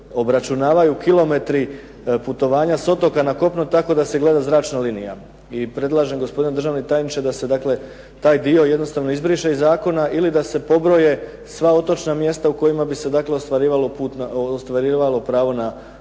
obračunavaju kilometri, putovanja s otoka na kopno tako da se gleda zračna linija. I predlažem gospodine državni tajniče da se dakle taj dio jednostavno izbriše iz zakona ili da se pobroje sva otočna mjesta u kojima bi se dakle ostvarivalo pravo na putne